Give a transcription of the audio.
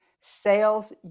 sales